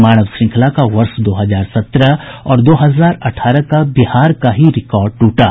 मानव श्रृंखला का वर्ष दो हजार सत्रह और दो हजार अठारह का बिहार का ही रिकॉर्ड टूटा